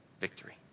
victory